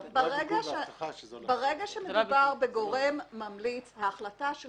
ברגע שמדובר בגורם ממליץ, ההחלטה של